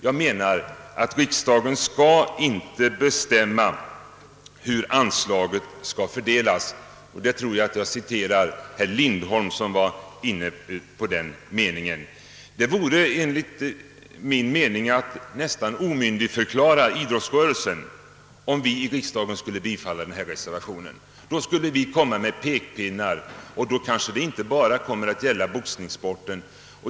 Jag menar att riksdagen inte skall bestämma hur anslaget skall fördelas — jag kan därvidlag citera herr Lindholm, som var inne på den linjen. Det vore enligt min mening nästan att omyndigförklara idrottsrörelsen om vi i riksdagen skulle bifalla den föreliggande reservationen, Då skulle vi komma med pekpinnar — och det kommer kanske framdeles inte bara att gälla boxningssporten.